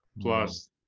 plus